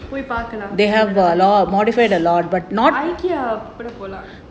போய் பாக்கலாம்:poi paakalaam போலாம்:polaam